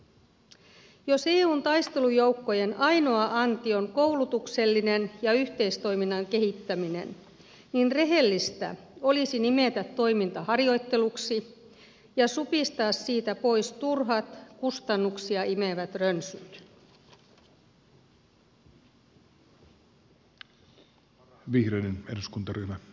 jos eun taistelujoukkojen ainoa anti on kouluttaminen ja yhteistoiminnan kehittäminen rehellistä olisi nimetä toiminta harjoitteluksi ja supistaa siitä pois turhat kustannuksia imevät rönsyt